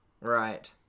Right